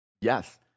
Yes